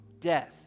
death